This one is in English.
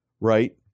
Right